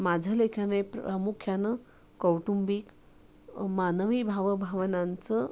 माझं लेखन हे प्रामुख्यानं कौटुंबिक मानवी भावभावनांचं